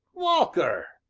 walker!